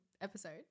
episode